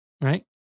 right